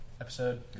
episode